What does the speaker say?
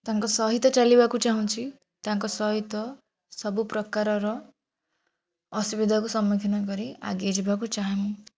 ତାଙ୍କ ସହିତ ଚାଲିବାକୁ ଚାହୁଁଛି ତାଙ୍କ ସହିତ ସବୁ ପ୍ରକାରର ଅସୁବିଧା କୁ ସମ୍ମୁଖୀନ କରି ଆଗେଇ ଯିବାକୁ ଚାହେଁ ମୁଁ